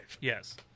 Yes